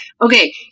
Okay